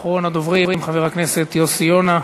אחרון הדוברים, חבר הכנסת יוסי יונה.